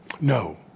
No